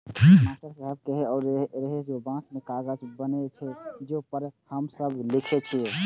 master साहेब कहै रहै जे बांसे सं कागज बनै छै, जे पर हम सब लिखै छियै